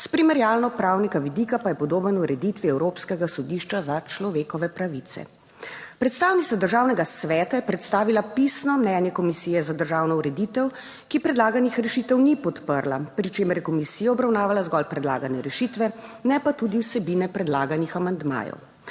s primerjalno pravnega vidika pa je podoben ureditvi Evropskega sodišča za človekove pravice. Predstavnica Državnega sveta je predstavila pisno mnenje Komisije za državno ureditev, ki predlaganih rešitev ni podprla, pri čemer je komisija obravnavala zgolj predlagane rešitve, ne pa tudi vsebine predlaganih amandmajev.